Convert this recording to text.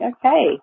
Okay